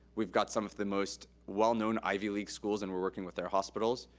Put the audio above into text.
we've got some of the most well-known ivy league schools, and we're working with their hospitals.